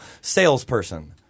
salesperson